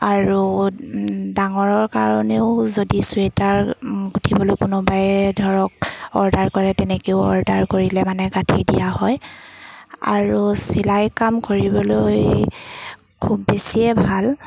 আৰু ডাঙৰৰ কাৰণেও যদি চুৱেটাৰ গুঠিবলৈ কোনোবাই ধৰক অৰ্ডাৰ কৰে তেনেকৈও অৰ্ডাৰ কৰিলে মানে গাঁঠি দিয়া হয় আৰু চিলাই কাম কৰিবলৈ খুব বেছিয়ে ভাল